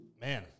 Man